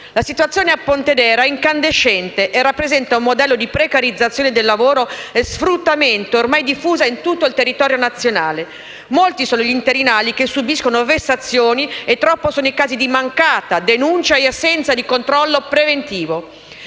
La situazione a Pontedera è incandescente e rappresenta un modello di precarizzazione del lavoro e sfruttamento ormai diffuso in tutto il territorio nazionale. Molti sono gli interinali che subiscono vessazioni e troppi sono i casi di mancata denuncia e assenza di controllo preventivo.